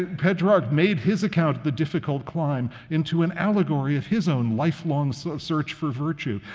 petrarch made his account, the difficult climb, into an allegory of his own lifelong so search for virtue,